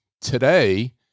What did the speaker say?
Today